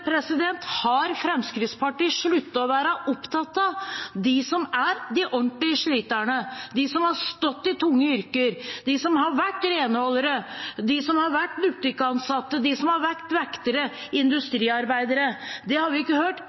har Fremskrittspartiet sluttet å være opptatt av dem som er de ordentlige sliterne, de som har stått i tunge yrker, de som har vært renholdere, de som har vært butikkansatte, de som har vært vektere, de som har vært industriarbeidere? Det har vi ikke hørt